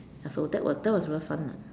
so that was that was very fun lah